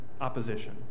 opposition